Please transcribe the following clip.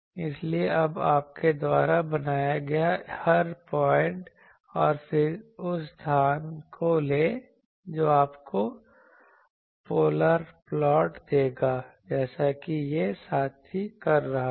इसलिए अब आपके द्वारा बनाया गया हर पॉइंट और फिर उस स्थान को लें जो आपको पोलर प्लॉट देगा जैसा कि यह साथी कर रहा है